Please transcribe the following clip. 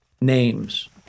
names